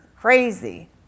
crazy